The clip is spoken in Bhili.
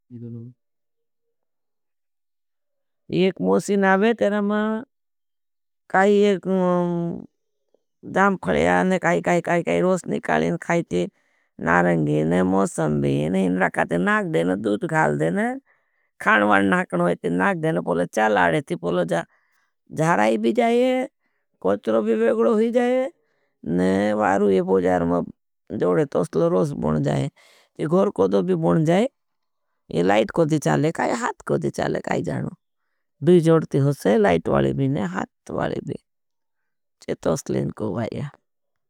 एक मोसी नावे तेरा मा काई एक जामखलया ने काई काई काई काई रोस निकालिन खाईची नारंगी ने। मोसंभी ने, इन राखा ते नाग देन, दूद घाल देन, खाणवाण नाकण वाई ते नाग देन। पोलो चाल आड़ेती पोलो जा, जहराई भी जाए, कोश्टरो भ जाए, ये लाइट कोई दी चाले काई। हाथ कोई दी चाले काई जाणो, दूद जोडती होसे, लाइट वाले भी ने, हाथ वाले भी, चेतोसलेन कोई वाई याँ।